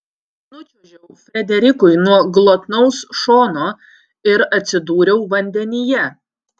nučiuožiau frederikui nuo glotnaus šono ir atsidūriau vandenyje